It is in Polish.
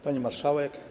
Pani Marszałek!